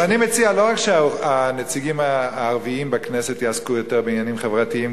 אבל אני מציע לא רק שהנציגים הערבים בכנסת יעסקו יותר בעניינים חברתיים,